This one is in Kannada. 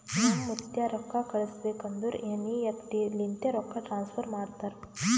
ನಮ್ ಮುತ್ತ್ಯಾ ರೊಕ್ಕಾ ಕಳುಸ್ಬೇಕ್ ಅಂದುರ್ ಎನ್.ಈ.ಎಫ್.ಟಿ ಲಿಂತೆ ರೊಕ್ಕಾ ಟ್ರಾನ್ಸಫರ್ ಮಾಡ್ತಾರ್